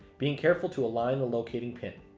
being careful to align the locating pin.